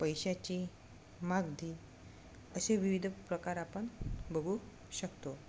पैशाची मागधी असे विविध प्रकार आपण बघू शकतो